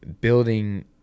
building